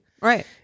Right